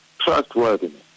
trustworthiness